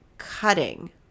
cutting